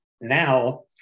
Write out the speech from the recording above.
now